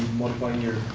modifying your